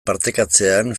partekatzean